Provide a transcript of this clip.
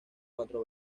cuatro